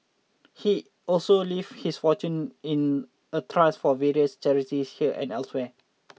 he also leave his fortune in a trust for various charities here and elsewhere